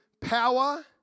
power